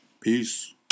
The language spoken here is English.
Peace